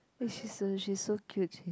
she's uh she's so cute she